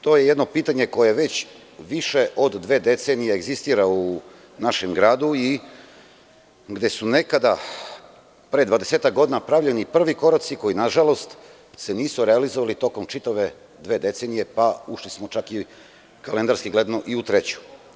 To je jedno pitanje koje već više od dve decenije egzistira u našem gradu, gde su nekada pre dvadesetak godina pravljeni prvi koraci koji se nažalost nisu realizovali tokom čitave dve decenije, a kalendarski gledano smo ušli čak i u treću.